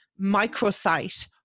microsite